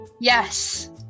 yes